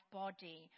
body